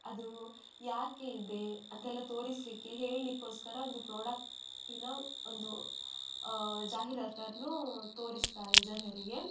ಅದು ಯಾಕೆ ಇದೆ ಅಂತೆಲ್ಲ ತೋರಿಸಲಿಕ್ಕೆ ಹೇಳಲಿಕ್ಕೋಸ್ಕರ ಒಂದು ಪ್ರೋಡಕ್ಟಿನ ಒಂದು ಜಾಹಿರಾತನ್ನೂ ತೋರಿಸ್ತಾರೆ ಜನರಿಗೆ